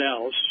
else